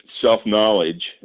self-knowledge